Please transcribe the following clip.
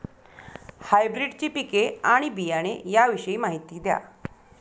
हायब्रिडची पिके आणि बियाणे याविषयी माहिती द्या